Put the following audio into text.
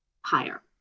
higher